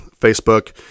Facebook